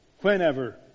whenever